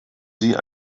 sie